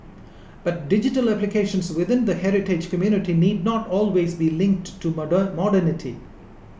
but digital applications within the heritage community need not always be linked to modern modernity